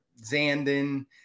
Zandon